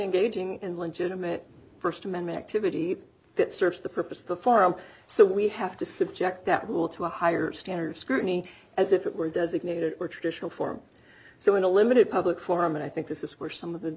engaging in legitimate st amendment activity that serves the purpose of the farm so we have to subject that will to a higher standard of scrutiny as if it were designated for traditional form so in a limited public forum and i think this is where some of the